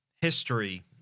History